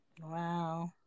wow